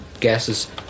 gases